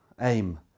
aim